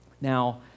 Now